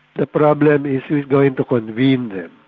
the problem is who is going to convene them.